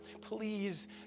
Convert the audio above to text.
Please